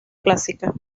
clásica